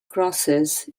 crosses